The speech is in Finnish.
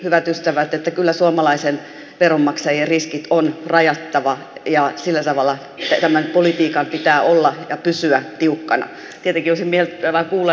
hyvät ystävät että kyllä suomalaisten veronmaksajien riski on rajattava ja sillä tavalla se tämän politiikan pitää olla ja pysyä tiukkana eli jos viettää vappua